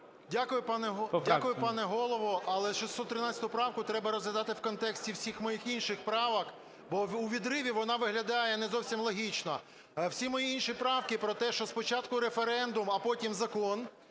Дякую, пане Голово. Але 613 правку треба розглядати в контексті всіх моїх інших правок, бо у відриві вони виглядає не зовсім логічно. Всі мої інші правки про те, що спочатку референдум, а потім закон.